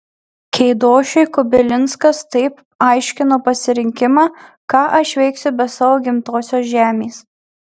keidošiui kubilinskas taip aiškino pasirinkimą ką aš veiksiu be savo gimtosios žemės